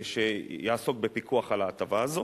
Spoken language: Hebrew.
שיעסוק בפיקוח על ההטבה הזו,